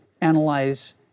analyze